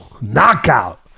knockout